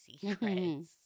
secrets